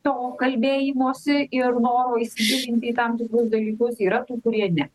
to kalbėjimosi ir noro įsigilinti į tam tikrus dalykus yra tų kurie ne